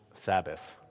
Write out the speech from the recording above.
Sabbath